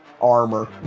armor